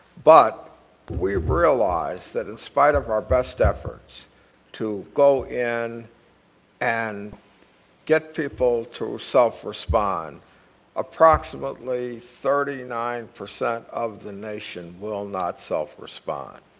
but we realize that in spite of our best efforts to go in and get people to self respond approximately thirty nine percent of the nation will not self respond.